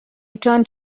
return